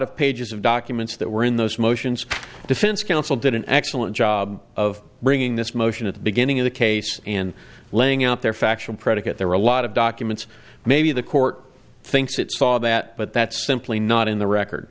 of pages of documents that were in those motions defense counsel did an excellent job of bringing this motion at the beginning of the case and laying out their factual predicate there were a lot of documents maybe the court thinks it saw that but that's simply not in the record